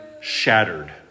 shattered